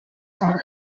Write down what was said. art